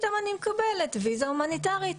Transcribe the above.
פתאום אני מקבלת ויזה הומניטרית.